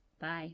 Bye